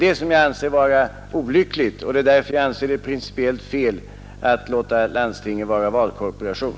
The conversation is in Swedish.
Detta är olyckligt, och det är därför som jag anser det principiellt felaktigt att låta landstinget utgöra valkorporation.